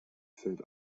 fällt